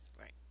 right